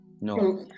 no